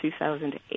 2008